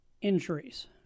Injuries